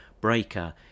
Breaker